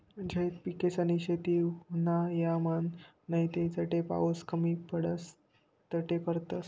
झैद पिकेसनी शेती उन्हायामान नैते जठे पाऊस कमी पडस तठे करतस